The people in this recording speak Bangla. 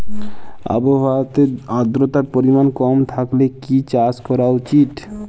আবহাওয়াতে আদ্রতার পরিমাণ কম থাকলে কি চাষ করা উচিৎ?